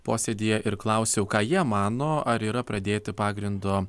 posėdyje ir klausiau ką jie mano ar yra pradėti pagrindo